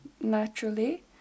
naturally